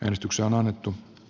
äänestyksiä on annettu a